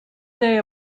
day